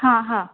हां हां